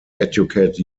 educate